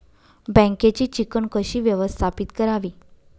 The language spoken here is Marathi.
बँकेची चिकण कशी व्यवस्थापित करावी?